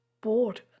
bored